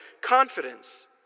confidence